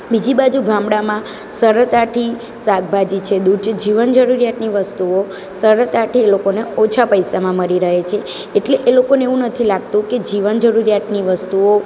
બીજી બાજુ ગામડામાં સરળતાથી શાકભાજી છે દૂધ છે જીવન જરૂરિયાતની વસ્તુઓ સરળતાથી એ લોકોને ઓછા પૈસામાં મળી રહે છે એટલે એ લોકોને એવું નથી લાગતું કે જીવન જરૂરિયાતની વસ્તુઓ